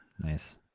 Nice